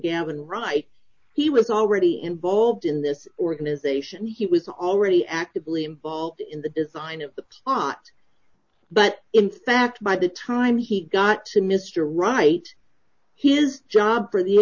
gavin reich he was already involved in this organization he was already actively involved in the design of the plot but in fact by the time he got to mr wright his job for the